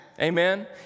Amen